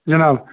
جِناب